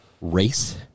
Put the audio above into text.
race